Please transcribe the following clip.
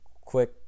quick